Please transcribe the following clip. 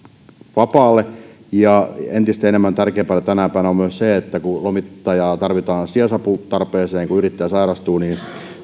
vapaalle ja entistä tärkeämpää tänä päivänä on myös se että kun lomittajaa tarvitaan sijaisaputarpeeseen silloin kun yrittäjä sairastuu niin